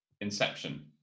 Inception